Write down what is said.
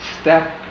step